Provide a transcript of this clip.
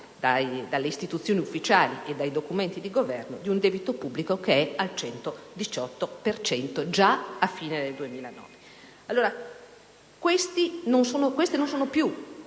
dalle istituzioni ufficiali e dai documenti del Governo, di un debito pubblico che è al 118 per cento già a fine del 2009. Queste non sono più